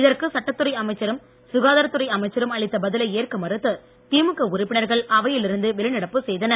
இதற்கு சட்டத் துறை அமைச்சரும் சுகாதாரத்துறை அமைச்சரும் அளித்த பதிலை ஏற்க மறுத்து திமுக உறுப்பினர்கள் அவையிலிருந்து வெளிநடப்பு செய்தனர்